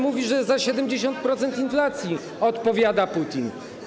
Mówi on, że za 70% inflacji odpowiada Putin.